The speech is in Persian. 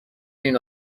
این